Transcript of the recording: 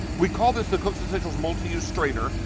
we call this the cooks essentials multi use strainer,